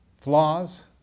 flaws